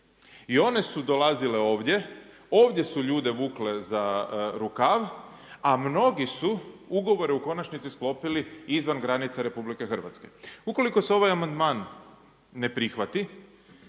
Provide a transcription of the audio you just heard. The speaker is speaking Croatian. I one su dolazile ovdje, ovdje su ljude vukle za rukav a mnogi su ugovore u konačnici sklopili izvan granica RH. Ukoliko se ovaj amandman ne prihvati,